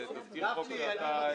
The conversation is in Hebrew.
האחרון,